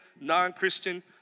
non-Christian